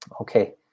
Okay